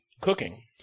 cooking